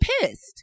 pissed